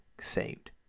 saved